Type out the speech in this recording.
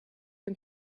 een